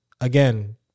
again